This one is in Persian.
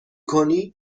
کنی